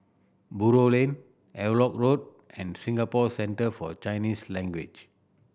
Buroh Lane Havelock Road and Singapore Centre For Chinese Language